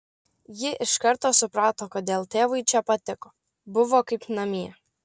ji iš karto suprato kodėl tėvui čia patiko buvo kaip namie